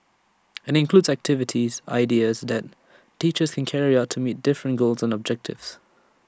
and IT includes activity ideas that teachers can carry out to meet different goals and objectives